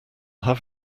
have